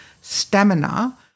stamina